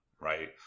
right